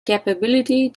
capability